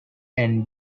and